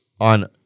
On